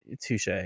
touche